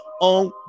on